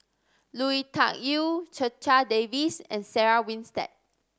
Lui Tuck Yew Checha Davies and Sarah Winstedt